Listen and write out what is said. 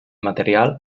material